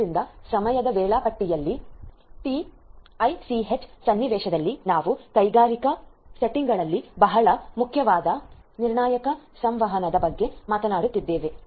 ಆದ್ದರಿಂದ ಸಮಯದ ವೇಳಾಪಟ್ಟಿಯಲ್ಲಿ ಟಿಎಸ್ಸಿಎಚ್ ಸನ್ನಿವೇಶದಲ್ಲಿ ನಾವು ಕೈಗಾರಿಕಾ ಸೆಟ್ಟಿಂಗ್ಗಳಲ್ಲಿ ಬಹಳ ಮುಖ್ಯವಾದ ನಿರ್ಣಾಯಕ ಸಂವಹನದ ಬಗ್ಗೆ ಮಾತನಾಡುತ್ತಿದ್ದೇವೆ